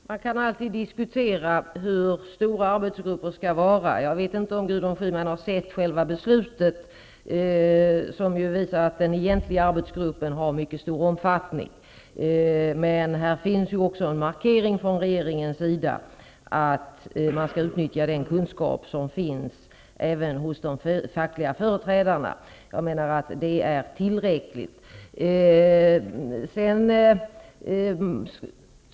Herr talman! Man kan alltid diskutera hur stora arbetsgrupper skall vara. Jag vet inte om Gudrun Schyman har sett själva beslutet, som ju visar att den egentliga arbetsgruppen har mycket stor omfattning. Men här görs ju också en markering från regeringens sida, att man skall utnyttja den kunskap som finns även hos de fackliga företrädarna. Jag menar att det är tillräckligt.